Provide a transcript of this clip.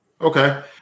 Okay